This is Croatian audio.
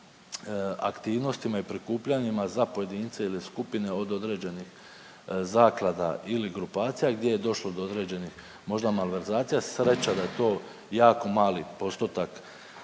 aktivnostima i prikupljanjima za pojedince ili skupine od određenih zaklada ili grupacija gdje je došlo do određenih, možda malverzacija. Sreća da je to jako mali postotak